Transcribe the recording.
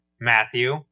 Matthew